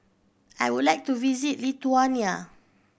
I would like to visit Lithuania